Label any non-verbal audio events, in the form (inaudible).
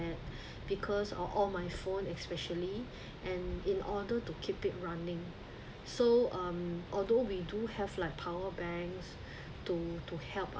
because of all my phone especially (breath) and in order to keep it running so um although we do have like power banks to to help